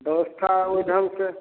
व्यवस्था ओहि ढंग से